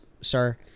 sir